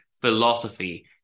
philosophy